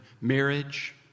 marriage